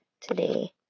today